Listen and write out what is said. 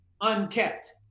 unkept